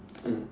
mm